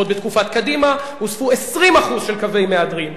ועוד בתקופת קדימה הוספו 20% של קווי מהדרין?